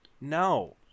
no